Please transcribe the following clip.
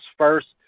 first